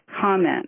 comment